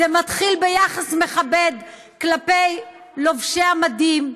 זה מתחיל ביחס מכבד כלפי לובשי המדים.